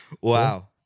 Wow